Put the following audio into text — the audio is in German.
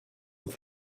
auf